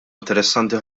interessanti